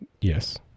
Yes